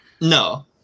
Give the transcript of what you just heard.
no